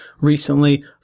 recently